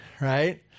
right